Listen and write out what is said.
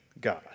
God